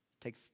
Take